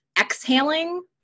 exhaling